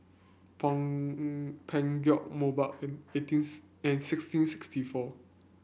Peugeot Mobot and eighteens and sixteen sixty four